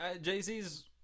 Jay-Z's